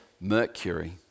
Mercury